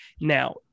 Now